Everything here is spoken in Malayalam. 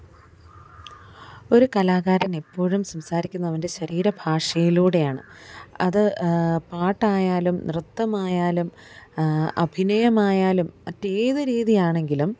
ഒരു കലാകാരനെപ്പോഴും സംസാരിക്കുന്നത് അവന്റെ ശരീരഭാഷയിലൂടെയാണ് അത് പാട്ടായാലും നൃത്തമായാലും അഭിനയമായാലും മറ്റേത് രീതി ആണെങ്കിലും